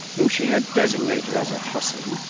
whom she had designated as a hussy,